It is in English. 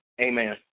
amen